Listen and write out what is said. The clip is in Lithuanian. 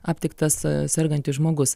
aptiktas sergantis žmogus